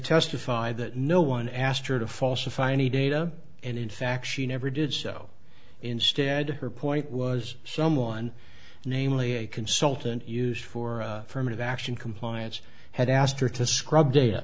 testified that no one asked her to falsify any data and in fact she never did so instead her point was someone namely a consultant used for a firm of action compliance had asked her to scrub da